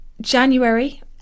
January